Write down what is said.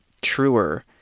truer